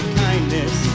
kindness